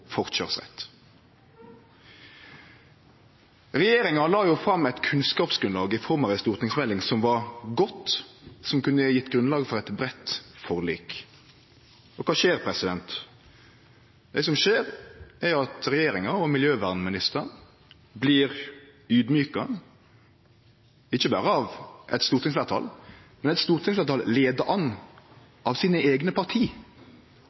fram eit kunnskapsgrunnlag i form av ei stortingsmelding, som var godt og kunne gjeve grunnlag for eit breitt forlik. Kva skjer? Det som skjer, er at regjeringa og miljøvernministeren blir audmjuka, ikkje berre av eit stortingsfleirtal, men eit stortingsfleirtal leidd av sine eigne parti.